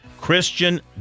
Christian